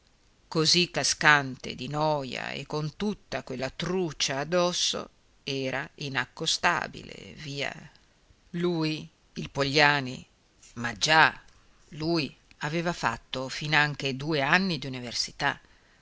così cascante di noja e con tutta quella trucia addosso era inaccostabile via lui il pogliani ma già lui aveva fatto finanche due anni d'università